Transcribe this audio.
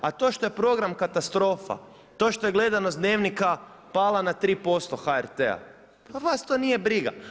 A to što je program katastrofa, to što je gledanost Dnevnika pala na 3% HRT-a, pa vas to nije briga.